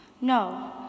No